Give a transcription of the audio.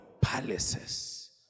palaces